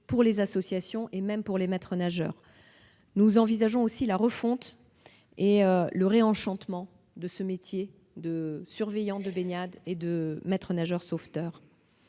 les associations et même les maîtres-nageurs. Nous envisageons en outre la refonte et le réenchantement du métier de surveillant de baignade et de maître-nageur sauveteur.